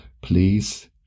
please